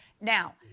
now